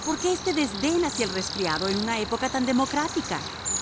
por qué este desdén hacia el resfriado en una época tan democrática